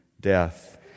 death